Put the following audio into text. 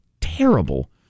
terrible